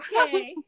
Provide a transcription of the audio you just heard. okay